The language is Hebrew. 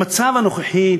במצב הנוכחי,